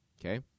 Okay